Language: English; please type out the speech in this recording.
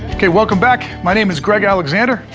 welcome back. my name is greg alexander,